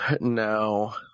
No